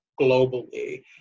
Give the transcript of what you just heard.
globally